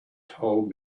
told